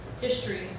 history